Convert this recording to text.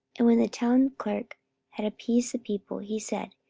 and when the townclerk had appeased the people, he said,